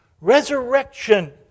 Resurrection